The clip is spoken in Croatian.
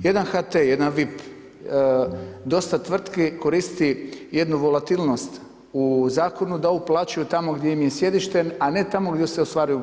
Jedan HT, jedan VIP, dosta tvrtki koristi jednu volatilnost u Zakonu da uplaćuju tamo gdje im je sjedište, a ne tamo gdje se ostvaruju